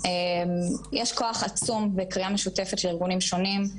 יש כוח עצום בקריאה משותפת של ארגונים שונים,